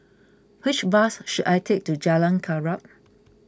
which bus should I take to Jalan